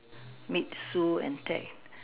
meet Sue and Ted